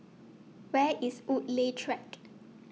Where IS Woodleigh Track